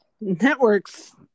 networks